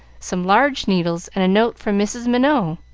some large needles, and a note from mrs. minot